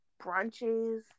brunches